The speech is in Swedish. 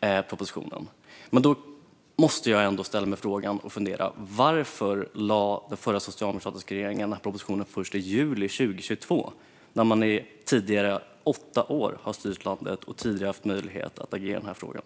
propositionen. Jag måste ändå ställa mig frågan: Varför lade den förra socialdemokratiska regeringen fram denna proposition först i juli 2022, när man styrt landet i åtta år och haft möjlighet att agera tidigare i denna fråga?